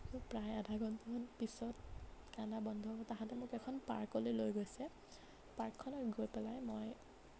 প্ৰায় আধা ঘণ্টা মান পিছত কন্দা বন্ধ হ'ল তাহাঁতে মোক এখন পাৰ্কলৈ লৈ গৈছে পাৰ্কখনত গৈ পেলাই মই